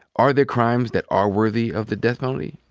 are there crimes that are worthy of the death penalty?